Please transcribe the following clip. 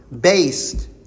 based